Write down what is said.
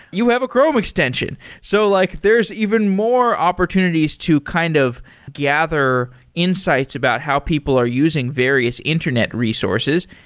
you have a chrome extension. so like there's even more opportunities to kind of gather insights about how people are using various internet resources.